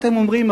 אתם אומרים,